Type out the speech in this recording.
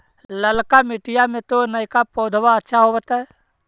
ललका मिटीया मे तो नयका पौधबा अच्छा होबत?